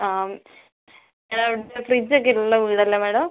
ആം അവിടെ ഫ്രിഡ്ജൊക്കെയുള്ള വീടല്ലേ മേഡം